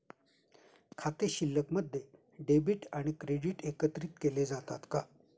खाते शिल्लकमध्ये डेबिट आणि क्रेडिट एकत्रित केले जातात का?